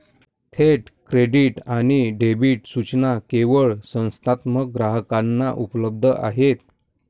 थेट क्रेडिट आणि डेबिट सूचना केवळ संस्थात्मक ग्राहकांना उपलब्ध आहेत